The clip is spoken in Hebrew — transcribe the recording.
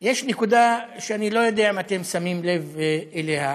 יש נקודה שאני לא יודע אם אתם שמים לב אליה,